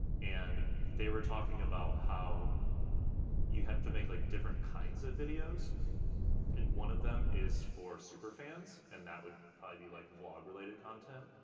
and they were talking about how you have to make like different kinds of videos and one of them is for superfans, and that would probably be like vlog-related content.